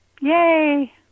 Yay